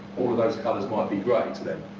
all of those colours might be grey to them,